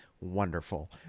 wonderful